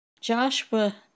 Joshua